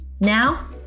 Now